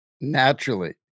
naturally